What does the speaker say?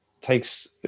takes